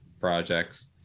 projects